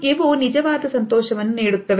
ಇವು ನಿಜವಾದ ಸಂತೋಷವನ್ನು ನೀಡುತ್ತವೆ